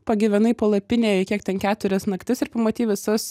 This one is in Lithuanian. pagyvenai palapinėje kiek ten keturias naktis ir pamatei visas